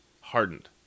hardened